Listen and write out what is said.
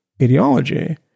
ideology